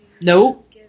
Nope